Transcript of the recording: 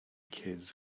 kids